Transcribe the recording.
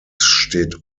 steht